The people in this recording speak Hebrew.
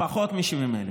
זה פחות מ-70,000.